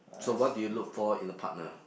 so what do you look for in a partner